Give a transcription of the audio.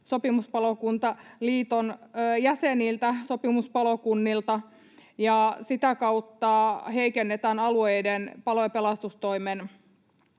Sopimuspalokuntien Liiton jäseniltä, sopimuspalokunnilta, ja sitä kautta heikennetään alueiden palo- ja pelastustoimen